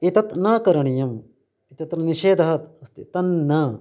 एतत् न करणीयम् तत्र निषेधः अस्ति तन्न